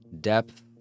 depth